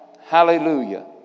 Hallelujah